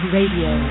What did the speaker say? Radio